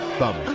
bum